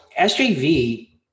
SJV